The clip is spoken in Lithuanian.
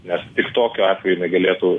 nes tik tokiu atveju jinai galėtų